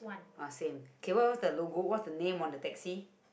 ah same okay what what what's the logo what's the name on the taxi